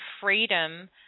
freedom